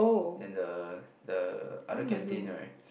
and the the other canteen right